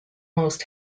most